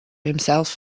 himself